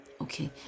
okay